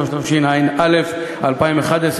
התשע"א 2011,